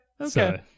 Okay